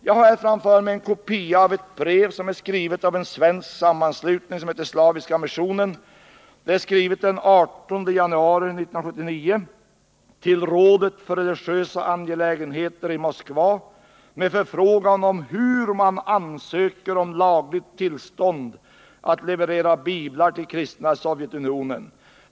Jag har här framför mig en kopia av ett brev skrivet av en svensk sammanslutning som heter Slaviska Missionen. Det är skrivet den 18 januari 1979 till rådet för religiösa angelägenheter i Moskva med förfrågan om hur man ansöker om lagligt tillstånd att leverera biblar till kristna i Sovjetunionen.